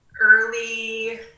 early